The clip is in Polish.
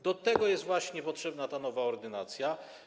Do tego jest właśnie potrzebna ta nowa ordynacja.